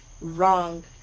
wrong